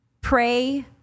pray